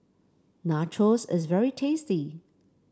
nachos is very tasty